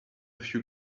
few